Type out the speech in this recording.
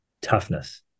toughness